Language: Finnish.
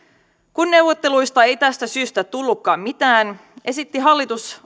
kun neuvotteluista ei tästä syystä tullutkaan mitään esitti hallitus